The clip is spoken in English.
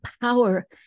power